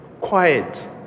Quiet